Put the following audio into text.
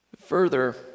Further